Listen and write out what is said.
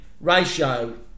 ratio